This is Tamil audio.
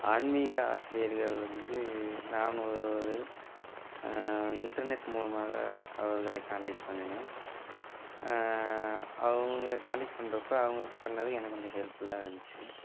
ஆன்மீக ஆசிரியர்கள் வந்து நான் ஒரு இன்டர்நெட் மூலமாக அவர்களை காண்டெக்ட் பண்ணினேன் அவங்க காண்டெக்ட் பண்றப்போ அவங்க பண்ணது எனக்கு கொஞ்சம் ஹெல்ப்ஃபுல்லாக இருந்துச்சி